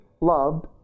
loved